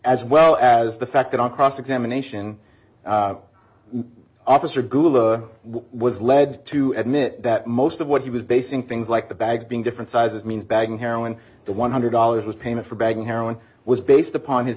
as well as the fact that on cross examination officer guo was led to admit that most of what he was basing things like the bags being different sizes means bag of heroin the one hundred dollars was payment for a bag of heroin was based upon his